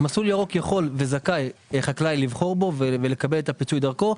במסלול ירוק יכול וזכאי החקלאי לבחור ולקבל את הפיצוי דרכו.